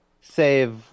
save